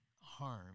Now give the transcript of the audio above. harm